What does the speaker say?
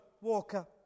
walker